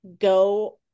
go